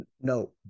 No